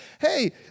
hey